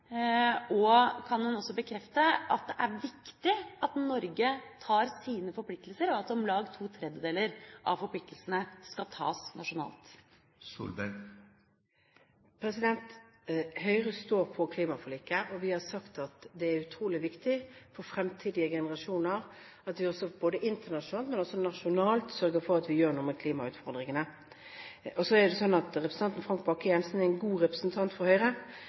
Og kan hun også bekrefte at det er viktig at Norge oppfyller sine klimaforpliktelser, og at om lag to tredjedeler av kuttene skal tas nasjonalt? Høyre står på klimaforliket, og vi har sagt at det er utrolig viktig for fremtidige generasjoner at vi internasjonalt, men også nasjonalt, sørger for å gjøre noe med klimautfordringene. Og så er det slik at representanten Frank Bakke-Jensen er en god representant for Høyre,